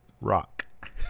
rock